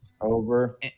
over